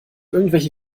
irgendwelche